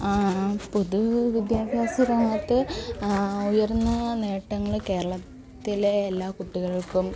പൊതു വിദ്യാഭ്യാസരംഗത്ത് ഉയർന്ന നേട്ടങ്ങള് കേരളത്തിലെ എല്ലാ കുട്ടികൾക്കും